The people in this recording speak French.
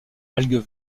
algues